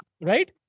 Right